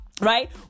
right